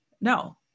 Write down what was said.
no